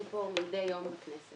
אנחנו פה מדי יום בכנסת